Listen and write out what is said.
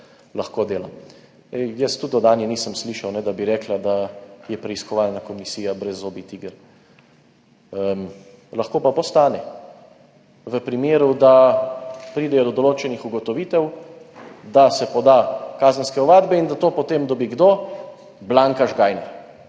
lahko dela. Tudi jaz Anje nisem slišal, da bi rekla, da je preiskovalna komisija brezzobi tiger, lahko pa postane, v primeru, da pride do določenih ugotovitev, da se poda kazenske ovadbe in da to potem dobi kdo? Blanka Žgajnar.